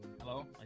Hello